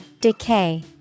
decay